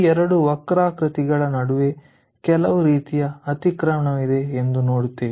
ಈ 2 ವಕ್ರಾಕೃತಿಗಳ ನಡುವೆ ಕೆಲವು ರೀತಿಯ ಅತಿಕ್ರಮಣವಿದೆ ಎಂದು ನೋಡುತ್ತೇವೆ